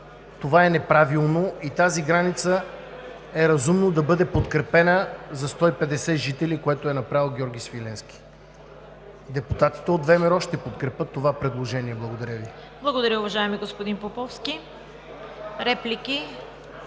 това е неправилно, и тази граница е разумно да бъде подкрепена за 150 жители, което е направил Георги Свиленски. Депутатите от ВМРО ще подкрепят това предложение. Благодаря Ви. ПРЕДСЕДАТЕЛ ЦВЕТА КАРАЯНЧЕВА: Благодаря, уважаеми господин Поповски. Реплики?